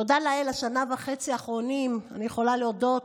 תודה לאל, השנה וחצי האחרונות, אני יכולה להודות